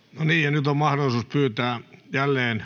nyt on mahdollisuus pyytää jälleen